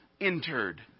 entered